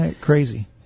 Crazy